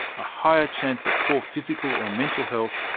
a higher chance of poor physical or mental health,